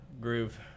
Groove